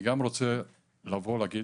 אני גם רוצה לבוא ולהגיד,